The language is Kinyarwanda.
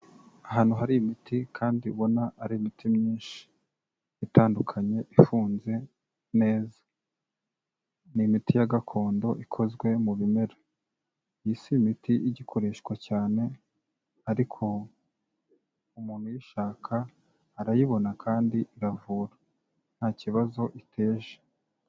Ahantu hari imiti kandi ubona ari imiti myinshi itandukanye ifunze neza, ni imiti gakondo ikozwe mu bimera, iyi si imiti igikoreshwa cyane ariko umuntu uyishaka arayibona kandi iravura nta kibazo iteje.